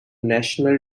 national